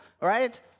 right